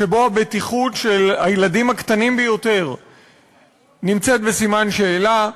שבו הבטיחות של הילדים הקטנים ביותר נמצאת בסימן שאלה,